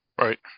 Right